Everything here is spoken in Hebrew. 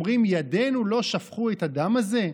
כשהם אומרים: ידינו לא שפכו את הדם הזה?